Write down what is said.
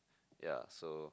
yea so